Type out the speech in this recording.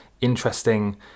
interesting